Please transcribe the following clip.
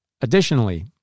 Additionally